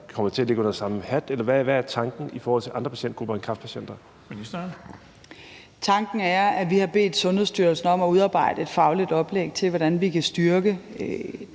sundhedsministeren (Sophie Løhde): Tanken er, at vi har bedt Sundhedsstyrelsen om at udarbejde et fagligt oplæg til, hvordan vi kan styrke